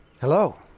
Hello